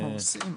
אנחנו עושים,